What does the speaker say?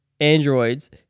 Androids